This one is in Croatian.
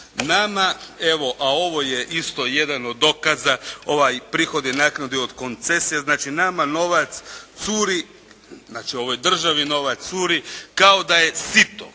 nama evo a ovo je isto jedan od dokaza, ovaj prihod i naknade od koncesije. Znači nama novac curi, znači ovoj državi novac curi kao da je sito.